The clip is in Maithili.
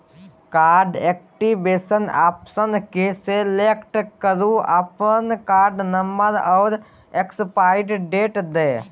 कार्ड एक्टिबेशन आप्शन केँ सेलेक्ट करु अपन कार्ड नंबर आ एक्सपाइरी डेट दए